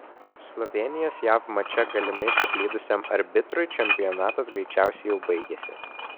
slovėnijos jav mače galimai suklydusiam arbitrui čempionatas greičiausiai jau baigėsi